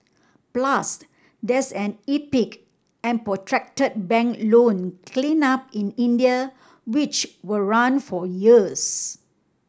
plus there's an epic and protracted bank loan cleanup in India which will run for years